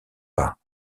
pas